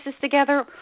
together